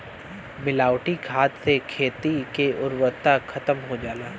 मिलावटी खाद से खेती के उर्वरता खतम हो जाला